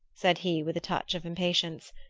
said he with a touch of impatience.